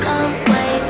away